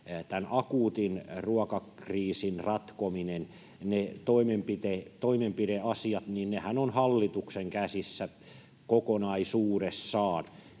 tämän akuutin ruokakriisin ratkominenhan, ne toimenpideasiat, on hallituksen käsissä kokonaisuudessaan,